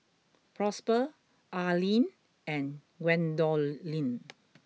Prosper Arleen and Gwendolyn